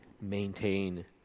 maintain